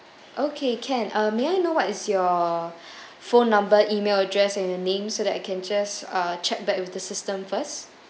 okay can uh may I know what is your phone number email address and your name so that I can just uh check back with the system first